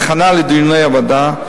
כהכנה לדיוני הוועדה,